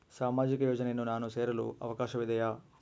ಸಾಮಾಜಿಕ ಯೋಜನೆಯನ್ನು ನಾನು ಸೇರಲು ಅವಕಾಶವಿದೆಯಾ?